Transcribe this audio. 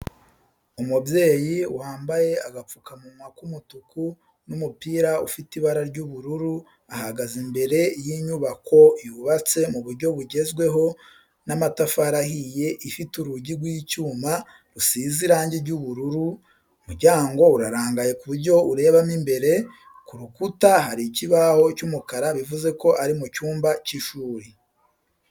Umubyeyi wambaye agapfukamunwa k'umutuku n'umupira ufite ibara ry'ubururu ahagaze imbere y'inyubako yubatse mu buryo bugezweho n'amatafari ahiye ifite urugi rw'icyuma rusize irangi ry'ubururu, umuryango urarangaye ku buryo urebamo imbere, ku rukuta hari ikibaho cy'umukara bivuze ko ari mu cyumba cy'ishuri.